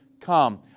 Come